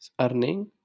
earning